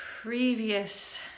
previous